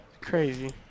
Crazy